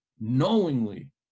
knowingly